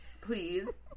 please